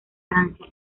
francia